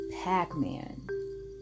pac-man